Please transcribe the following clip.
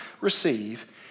receive